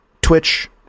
Twitch